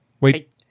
wait